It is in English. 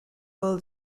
well